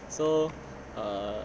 ya so